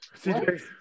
CJ